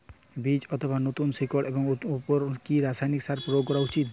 বীজ অথবা নতুন শিকড় এর উপর কি রাসায়ানিক সার প্রয়োগ করা উচিৎ?